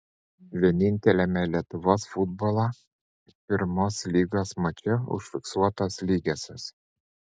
vieninteliame lietuvos futbolo pirmos lygos mače užfiksuotos lygiosios